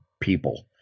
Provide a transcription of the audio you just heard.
people